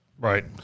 Right